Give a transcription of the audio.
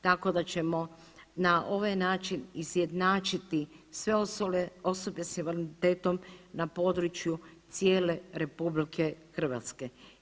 Tako da ćemo na ovaj način izjednačiti sve osobe sa invaliditetom na području cijele RH.